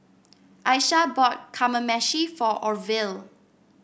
Aisha bought Kamameshi for Orvil